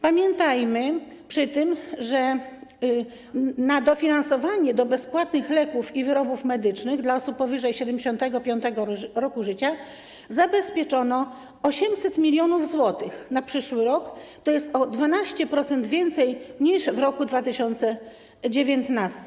Pamiętajmy przy tym, że na dofinansowanie do bezpłatnych leków i wyrobów medycznych dla osób powyżej 75. roku życia zabezpieczono 800 mln zł na przyszły rok, to jest o 12% więcej niż w roku 2019.